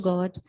God